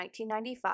1995